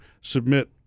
submit